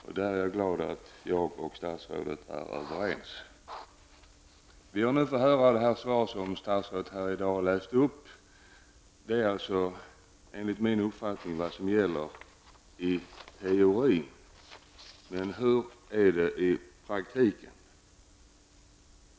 Jag är glad att vi är överens där, statsrådet. Att vi är det fick vi höra i det svar som statsrådet läste upp. Detta är vad som gäller i teorin, enligt min uppfattning. Men hur är det i praktiken?